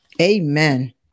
amen